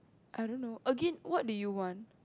I don't know again what do you want